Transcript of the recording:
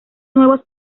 nuevos